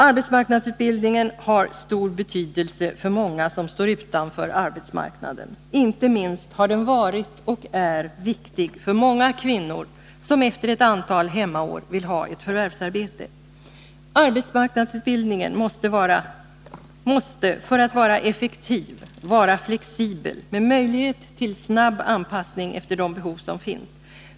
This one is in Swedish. Arbetsmarknadsutbildningen har stor betydelse för många som står utanför arbetsmarknaden — inte minst har den varit och är viktig för många kvinnor som efter ett antal hemmaår vill ha ett förvärvsarbete. Arbetsmarknadsutbildningen måste för att vara effektiv vara flexibel med möjlighet till snabb anpassning efter de behov som finns.